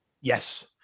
Yes